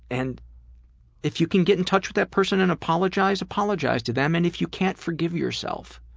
and if you can get in touch with that person and apologize, apologize to them. and if you can't forgive yourself,